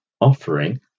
offering